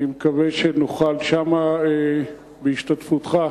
אני מקווה שנוכל שם, בהשתתפותך,